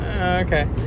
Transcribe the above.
Okay